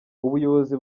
ubuyobozi